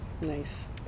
Nice